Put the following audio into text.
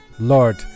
Lord